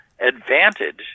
advantage